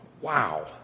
Wow